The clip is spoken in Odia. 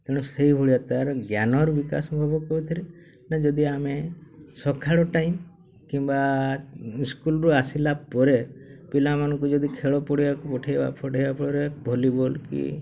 ତେଣୁ ସେଇଭଳିଆ ତାର ଜ୍ଞାନର ବିକାଶ ହେବ କେଉଁଥିରେ ନା ଯଦି ଆମେ ସକାଳ ଟାଇମ୍ କିମ୍ବା ସ୍କୁଲ୍ରୁ ଆସିଲା ପରେ ପିଲାମାନଙ୍କୁ ଯଦି ଖେଳ ପଡ଼ିଆକୁ ପଠାଇବା ପଠାଇବା ପରେ ଭଲିବଲ୍